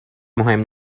مهم